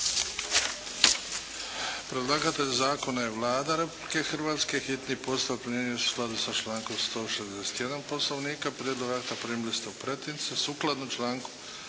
Hrvatske.